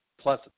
Plus